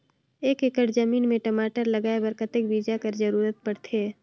एक एकड़ जमीन म टमाटर लगाय बर कतेक बीजा कर जरूरत पड़थे?